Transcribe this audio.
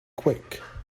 quick